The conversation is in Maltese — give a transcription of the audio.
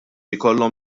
jkollhom